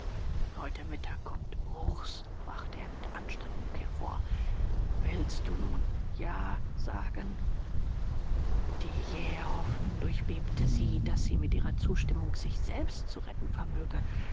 heute mittag kommt bruchs brachte er mit anstrengung hervor willst du nun ja sagen die jähe hoffnung durchbebte sie daß sie mit ihrer zustimmung sich selbst zu retten vermöge